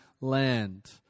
land